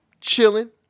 chilling